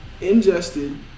ingested